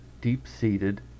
deep-seated